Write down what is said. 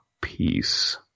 peace